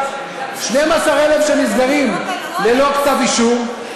12,000 נסגרות ללא כתב אישום,